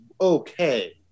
Okay